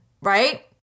Right